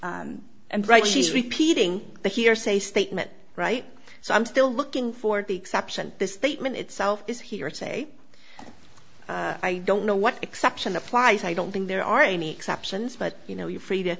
right she's repeating the hearsay statement right so i'm still looking for the exception the statement itself is hearsay i don't know what exception applies i don't think there are any exceptions but you know you're free